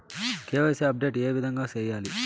KYC update ఏ విధంగా సేయాలి?